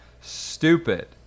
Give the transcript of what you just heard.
stupid